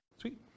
Sweet